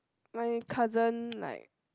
my cousin like